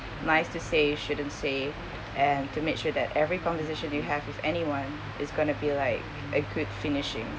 nice to say shouldn't say and to make sure that every conversation you have with anyone is going to be like a good finishing